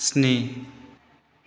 स्नि